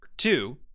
Two